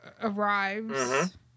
arrives